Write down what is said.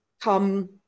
come